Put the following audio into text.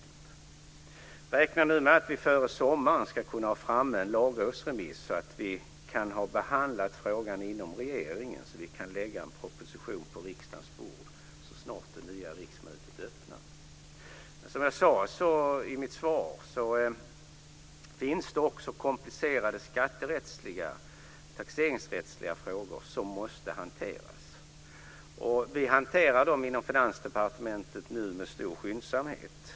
Jag räknar nu med att vi före sommaren ska kunna ha en lagrådsremiss framme och att frågan kan ha behandlats inom regeringen, så att vi kan lägga en proposition på riksdagens bord så snart det nya riksmötet är öppnat. Men som jag sade i mitt svar finns det komplicerade skatterättsliga, taxeringsrättsliga frågor som måste hanteras. Vi hanterar dem nu inom Finansdepartementet med stor skyndsamhet.